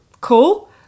cool